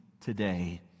today